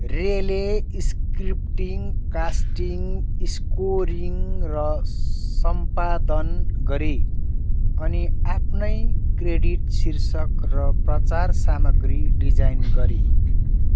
रेले scripting casting scoring र सम्पादन गरे अनि आफ्नै क्रेडिट शीर्षक र प्रचार सामग्री डिजाइन गरे